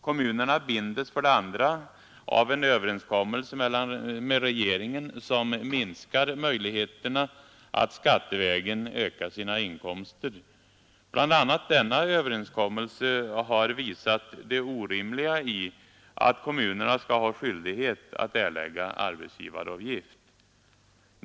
Kommunerna binds för det andra av en överenskommelse med regeringen som minskar möjligheterna att skattevägen öka inkomsterna. Bl. a. denna överenskommelse har visat det orimliga i att kommunerna skall ha skyldighet att erlägga arbetsgivaravgift.